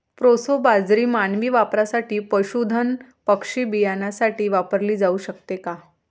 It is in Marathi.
प्रोसो बाजरी मानवी वापरासाठी, पशुधन पक्षी बियाण्यासाठी वापरली जाऊ शकते